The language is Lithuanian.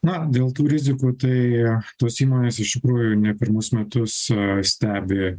na dėl tų rizikų tai tos įmonės iš tikrųjų ne pirmus metus stebi